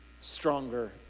stronger